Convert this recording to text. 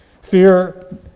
Fear